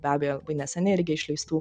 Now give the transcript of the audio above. be abejo labai neseniai irgi išleistų